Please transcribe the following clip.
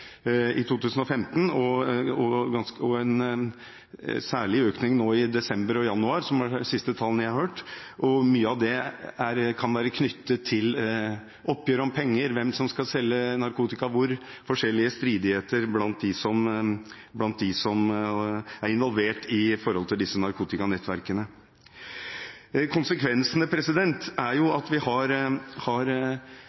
i 2015 og en særlig økning i desember og januar, som er de siste tallene jeg har hørt. Mye av det kan være knyttet til oppgjør om penger, hvem som skal selge narkotika, hvor – forskjellige stridigheter blant dem som er involvert i disse narkotikanettverkene. Konsekvensene er